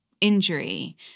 injury